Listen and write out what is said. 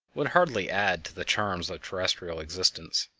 would hardly add to the charms of terrestrial existence.